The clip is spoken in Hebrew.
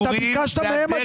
אני שואל אם ביקשת הדמיה.